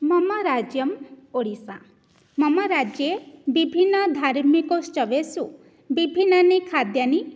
मम राज्यम् ओडिस्सा मम राज्ये बिभिन्नधार्मिकोत्सवेषु बिभिन्नानि खाद्यानि